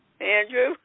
Andrew